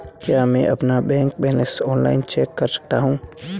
क्या मैं अपना बैंक बैलेंस ऑनलाइन चेक कर सकता हूँ?